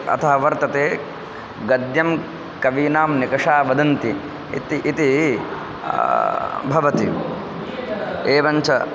अतः वर्तते गद्यं कवीनां निकषा वदन्ति इति इति भवति एवञ्च